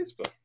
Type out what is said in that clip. Facebook